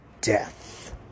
death